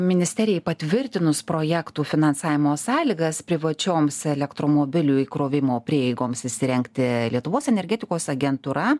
ministerijai patvirtinus projektų finansavimo sąlygas privačioms elektromobilių įkrovimo prieigoms įsirengti lietuvos energetikos agentūra